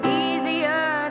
easier